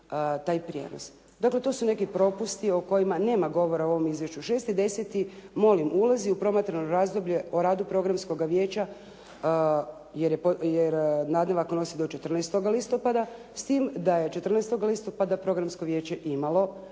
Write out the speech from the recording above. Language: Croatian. Dakle, to su neki propusti o kojima nema govora u ovom izvješću. 6.10. molim ulazi u promatrano razdoblje o radu programskoga vijeća jer nadnevak …/Govornica se ne razumije./… do 14. listopada, s tim da je 14. listopada Programsko vijeće imalo